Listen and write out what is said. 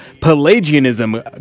Pelagianism